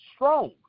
strong